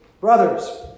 Brothers